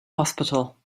hospital